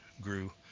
grew